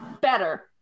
Better